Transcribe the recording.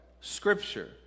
Scripture